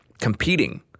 Competing